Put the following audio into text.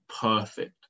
perfect